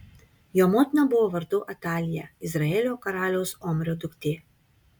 jo motina buvo vardu atalija izraelio karaliaus omrio duktė